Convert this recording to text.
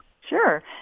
Sure